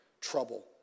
trouble